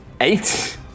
Eight